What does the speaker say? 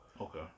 Okay